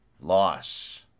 Loss